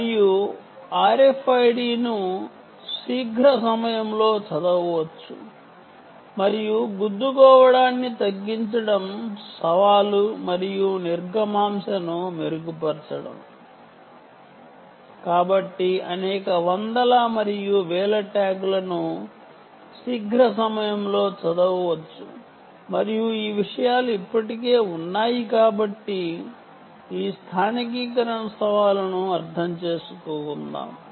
మరియు RFID ను శీఘ్ర సమయంలో చదవవచ్చు మరియు ఢీకోవడాన్ని తగ్గించడం మరియు త్తృపుట్ ని మెరుగుపరచడం ఒక సవాలు కాబట్టి అనేక వందల మరియు వేల ట్యాగ్లను శీఘ్ర సమయంలో చదవవచ్చు మరియు ఈ విషయాలు ఇప్పటికే ఉన్నాయి కాబట్టి ఈ స్థానికీకరణ సవాలును అర్థం చేసుకుందాం